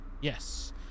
Yes